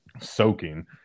soaking